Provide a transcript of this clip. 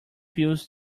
pills